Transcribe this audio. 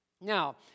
Now